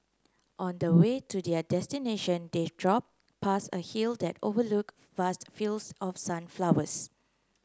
on the way to their destination they drove past a hill that overlook vast fields of sunflowers